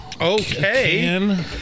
Okay